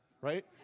right